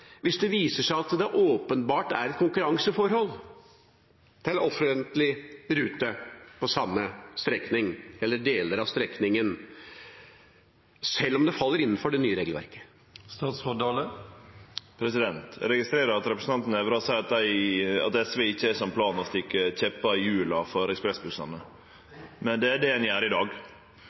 hvis det viser seg at det åpenbart blir et konkurranseforhold til offentlig rute på samme strekning, eller deler av strekningen, selv om det faller innenfor det nye regelverket? Eg registrerer at representanten Nævra seier at SV ikkje har planar om å stikke kjeppar i hjula for ekspressbussane, men det er det ein gjer i dag.